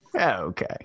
Okay